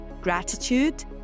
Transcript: gratitude